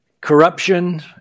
corruption